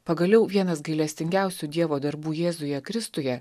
pagaliau vienas gailestingiausių dievo darbų jėzuje kristuje